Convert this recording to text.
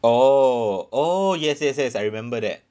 oh oh yes yes yes I remember that